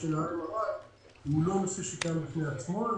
ה-MRI הוא לא נושא שעומד בפני עצמו,